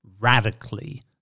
radically